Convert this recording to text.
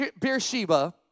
Beersheba